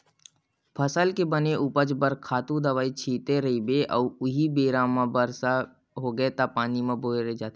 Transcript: फसल के बने उपज बर खातू दवई छिते रहिबे अउ उहीं बेरा म बरसा होगे त पानी म बोहा जाथे